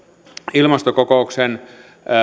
ilmastokokouksen